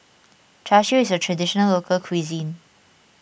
Char Siu is a Traditional Local Cuisine